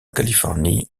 californie